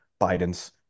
Biden's